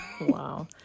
Wow